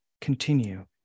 continue